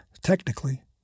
Technically